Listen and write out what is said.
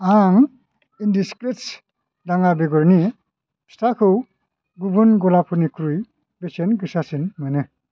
आं इन्डिसिक्रेत्स दाङा बेगरनि फिथाखौ गुबुन गलाफोरनिख्रुइ बेसेन गोसासिन मोनो